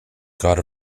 god